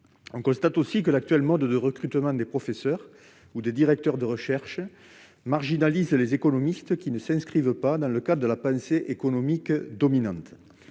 On constate également que le mode actuel de recrutement des professeurs ou des directeurs de recherche marginalise les économistes ne s'inscrivant pas dans le cadre de la pensée économique dominante.